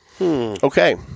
Okay